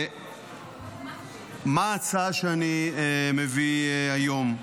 מה ההצעה שאני מביא היום?